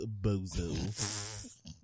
bozo